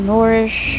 Nourish